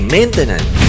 Maintenance